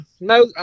no